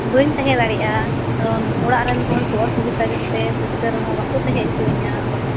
ᱵᱟᱹᱧ ᱛᱟᱦᱮᱸ ᱫᱟᱲᱮᱭᱟᱜᱼᱟ ᱠᱟᱨᱚᱱ ᱚᱲᱟᱜ ᱨᱮᱱ ᱦᱚᱲ ᱠᱚ ᱚᱥᱩᱵᱤᱫᱟ ᱜᱮᱛᱮ ᱦᱳᱥᱴᱮᱞ ᱨᱮᱦᱚᱸ ᱵᱟᱠᱚ ᱛᱟᱦᱮᱸ ᱚᱪᱚ ᱟᱹᱧᱟᱵᱟᱠᱮ